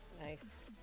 Nice